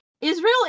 Israel